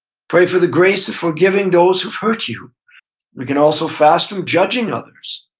pray for the grace of forgiving those who've hurt you. we can also fast from judging others.